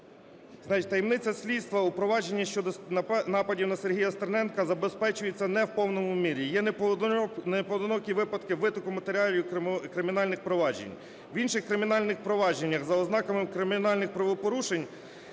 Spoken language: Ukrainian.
таємниця слідства у провадженні щодо нападів на Сергія Стерненка забезпечується не в повній мірі. Є непоодинокі випадки витоку матеріалів кримінальних проваджень. В інших кримінальних провадженнях за ознаками кримінальних правопорушень